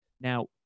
Now